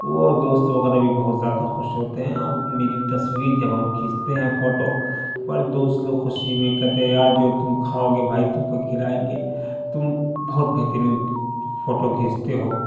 وہ دوست وغیرہ بھی بہت زیادہ خوش ہوتے ہیں اور میری تصویر جب ہم کھینچتے ہیں فوٹو پر دوست لوگ خوشی میں کہتے ہیں یار جو تم کھاؤگے بھائی تم کو کھلائیں گے تم بہت بہترین فوٹو کھینچتے ہو